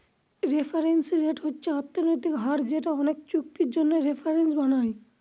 reference rate হচ্ছে অর্থনৈতিক হার যেটা অনেকে চুক্তির জন্য রেফারেন্স বানায়